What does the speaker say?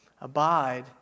Abide